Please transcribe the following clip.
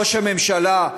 ראש הממשלה,